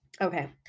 Okay